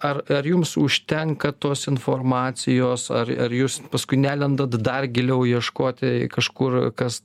ar jums užtenka tos informacijos ar ar jūs paskui nelendat dar giliau ieškoti kažkur kas